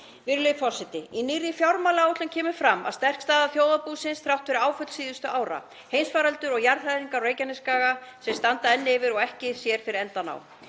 Virðulegi forseti. Í nýrri fjármálaáætlun kemur fram sterk staða þjóðarbúsins þrátt fyrir áföll síðustu ára, heimsfaraldur og jarðhræringar á Reykjanesskaga sem standa enn yfir og ekki sér fyrir endann á.